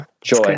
Joy